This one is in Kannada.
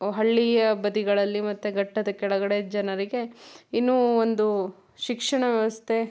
ಹಳ್ಳಿಯ ಬದಿಗಳಲ್ಲಿ ಮತ್ತೆ ಘಟ್ಟದ ಕೆಳಗಡೆ ಜನರಿಗೆ ಇನ್ನು ಒಂದು ಶಿಕ್ಷಣ ವ್ಯವಸ್ಥೆ